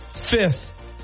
fifth